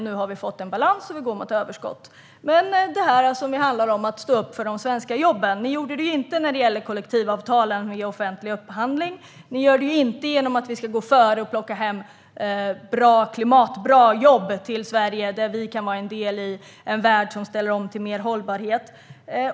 Nu får vi fått balans och går mot överskott. När det handlar om att stå upp för de svenska jobben gjorde ni det ju inte när det gällde kollektivavtalen vid offentlig upphandling. Och ni gör det inte när det gäller att gå före och plocka hem klimatbra jobb till Sverige, där vi kan vara en del i en värld som ställer om till mer hållbarhet.